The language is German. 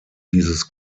dieses